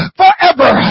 forever